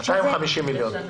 250 מיליון שקלים.